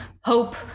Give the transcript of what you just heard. hope